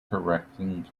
correcting